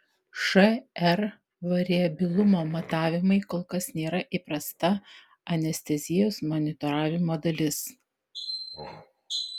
šr variabilumo matavimai kol kas nėra įprasta anestezijos monitoravimo dalis